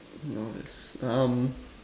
no that's um